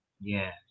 Yes